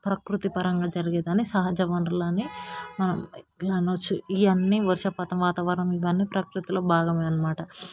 ప్రకృతిపరంగా జరిగే దానిని సహజ వనరులని ఇట్లా అనవచ్చు ఇవన్నీ వర్షపాతం వాతావరణం ఇవన్నీ ప్రకృతిలో భాగమే అన్నమాట